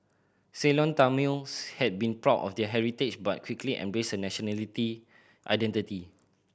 Ceylon Tamils had been proud of their heritage but quickly embraced a nationality identity